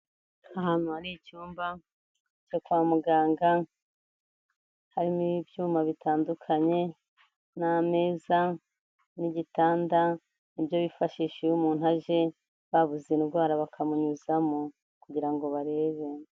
Ahantu hari icyumba cyo kwa muganga, harimo ibyuma bitandukanye n'ameza n'igitanda, ni byo bifashishije iyo umuntu aje, babuze indwara bakamunyuzamo kugira ngo barebe.